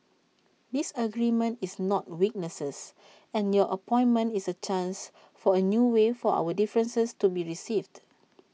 disagreement is not weaknesses and your appointment is A chance for A new way for our differences to be received